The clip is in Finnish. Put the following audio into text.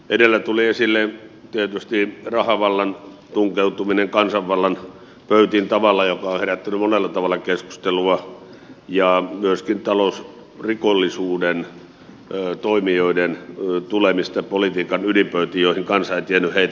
edellä tuli esille tietysti rahavallan tunkeutuminen kansanvallan pöytiin tavalla joka on herättänyt monella tavalla keskustelua ja myöskin talousrikollisuuden toimijoiden tulemista politiikan ydinpöytiin joihin kansa ei tiennyt heitä kyllä valita